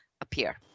appear